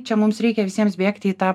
čia mums reikia visiems bėgti į tą